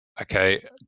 Okay